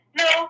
no